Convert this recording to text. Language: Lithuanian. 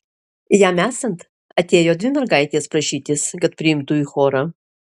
jam esant atėjo dvi mergaitės prašytis kad priimtų į chorą